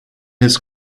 his